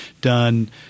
done